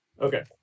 Okay